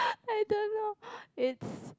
I don't know it's